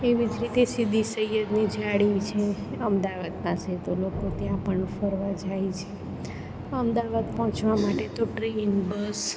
એવી જ રીતે સીદી સૈયદની જાળી છે અમદાવાદ પાસે તો લોકો ત્યાં પણ ફરવા જાય છે અમદાવાદ પહોંચવા માટે તો ટ્રેન બસ